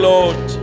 Lord